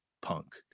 punk